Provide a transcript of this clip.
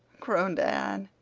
groaned anne.